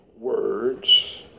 words